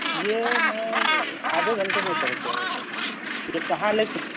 یہ میں آدھے گھٹنے میں پہنچ جائے گا سر یہ کہاں لے کے